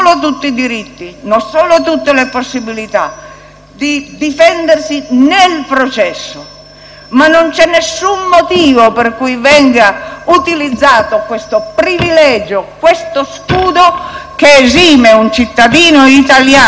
che non c'è alcun motivo per cui venga utilizzato questo privilegio, questo scudo che esime un cittadino italiano in funzione governativa dalla strada